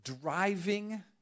driving